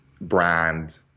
brand